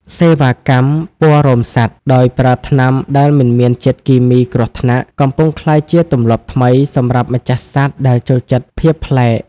សេវាកម្មពណ៌រោមសត្វដោយប្រើថ្នាំដែលមិនមានជាតិគីមីគ្រោះថ្នាក់ កំពុងក្លាយជាទម្លាប់ថ្មីសម្រាប់ម្ចាស់សត្វដែលចូលចិត្តភាពប្លែក។